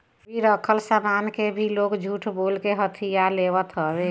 गिरवी रखल सामान के भी लोग झूठ बोल के हथिया लेत हवे